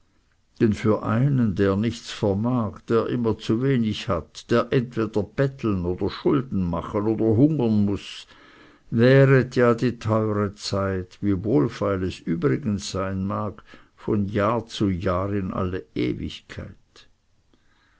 denn für einen der nichts vermag der immer zu wenig hat der entweder betteln oder schulden machen oder hungern muß währet ja die teure zeit wie wohlfeil es übrigens sein mag von jahr zu jahr in alle ewigkeit